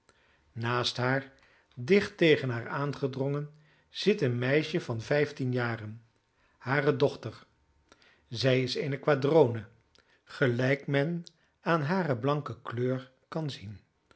naast haar dicht tegen haar aangedrongen zit een meisje van vijftien jaren hare dochter zij is eene quadrone gelijk men aan hare blanke kleur kan zien